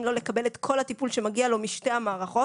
לו לקבל את כל הטיפול שמגיע לו משתי המערכות.